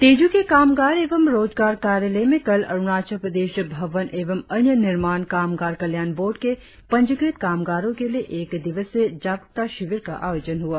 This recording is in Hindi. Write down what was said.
तेजू के कामगार एवं रोजगार कार्यालय में कल अरुणाचल प्रदेश भवन एवं अन्य निर्माण कामगर कल्याण बोर्ड के पंजीकृत कामगारों के लिए एक दिवसीय जागरुकता शिविर का आयोजन हुआ